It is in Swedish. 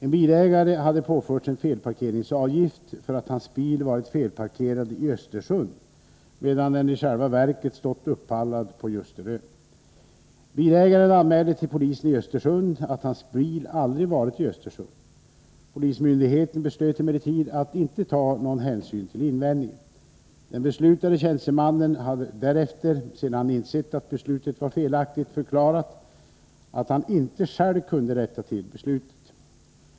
En bilägare hade påförts en felparkeringsavgift för att hans bil varit felparkerad i Östersund medan den i själva verket stått uppallad på Ljusterö. Bilägaren anmälde till polisen i Östersund att hans bil aldrig varit i Östersund. Polismyndigheten beslöt 107 emellertid att inte ta någon hänsyn till invändningen. Den beslutande tjänstemannen har därefter — sedan han insett att beslutet var felaktigt — förklarat att han inte själv kunde rätta till beslutet.